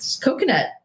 coconut